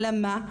אלא מה?